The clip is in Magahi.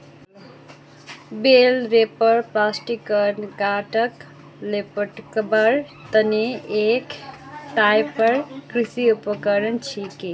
बेल रैपर प्लास्टिकत गांठक लेपटवार तने एक टाइपेर कृषि उपकरण छिके